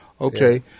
Okay